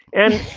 and,